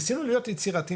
ניסינו להיות יצירתיים,